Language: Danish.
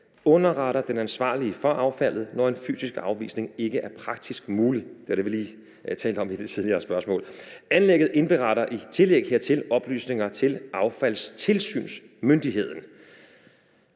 underretter den ansvarlige for affaldet, når en fysisk afvisning ikke er praktisk muligt. Det er det, vi lige talte om i det tidligere spørgsmål. Anlægget indberetter i tillæg hertil oplysninger til affaldstilsynsmyndigheden.